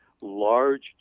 large